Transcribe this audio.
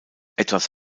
etwas